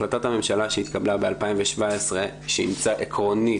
החלטת הממשלה שהתקבלה ב-2017 שאימצה עקרונית